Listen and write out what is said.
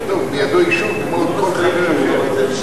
תכתוב: בידו אישור כמו לכל חבר אחר.